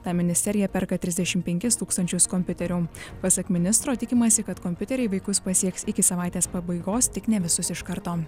tam ministerija perka trisdešimt penkis tūkstančius kompiuterių pasak ministro tikimasi kad kompiuteriai vaikus pasieks iki savaitės pabaigos tik ne visus iš karto